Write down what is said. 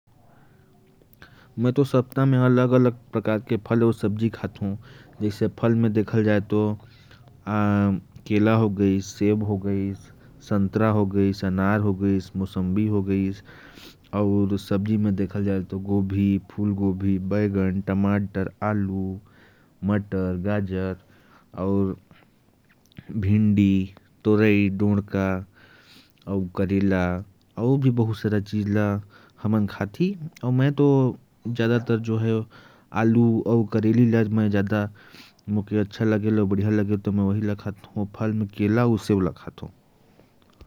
मैं तो सप्ताह में अलग-अलग तरह के फल और सब्जी खाता हूँ। फल में होंगे केला, सेब, संतरा, अनार, मौसंबी। सब्जी में देखल जाए तो करेला, भिंडी, दौंडका, मूली, मटर, गाजर, आलू। मैं अधिकतर करेला और आलू को ही सब्जी में खाता हूँ।